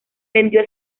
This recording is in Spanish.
vendió